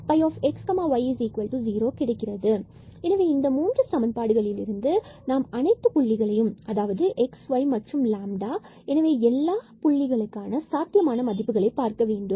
என கிடைக்கிறது எனவே இந்த மூன்று சமன்பாடுகளிலிருந்து நாம் அனைத்து புள்ளிகளையும் அதாவது x y and ஆகியவற்றுக்கான சாத்தியமான மதிப்புகளை நாம் பார்க்கவேண்டும்